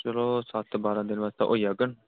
चलो सत्त बारां दिन आस्तै होई जाङन